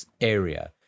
area